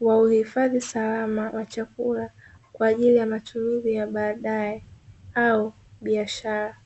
wa uhifadhi salama wa chakula kwa ajili ya matumizi ya baadaye au biashara.